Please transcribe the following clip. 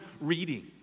reading